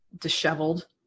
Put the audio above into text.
disheveled